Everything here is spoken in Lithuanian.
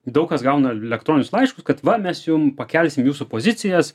daug kas gauna elektroninius laiškus kad va mes jum pakelsim jūsų pozicijas